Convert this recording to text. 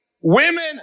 Women